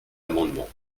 amendement